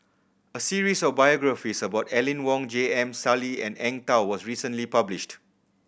a series of biographies about Aline Wong J M Sali and Eng Tow was recently published